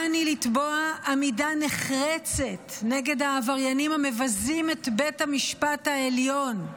בא אני לתבוע עמידה נחרצת נגד העבריינים המבזים את בית המשפט העליון,